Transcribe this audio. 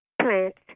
plants